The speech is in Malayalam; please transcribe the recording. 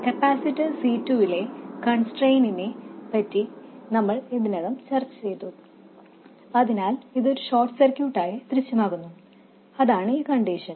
കപ്പാസിറ്റർ C2 ലെ കൺസ്ട്രെയിൻസിനെ പറ്റി നമ്മൾ ഇതിനകം ചർച്ചചെയ്തു അതിനാൽ ഇത് ഒരു ഷോർട്ട് സർക്യൂട്ടായി ദൃശ്യമാകുന്നു അതാണ് ഈ കണ്ടിഷൻ